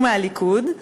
הוא מהליכוד,